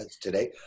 today